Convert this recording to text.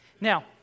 Now